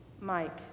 Mike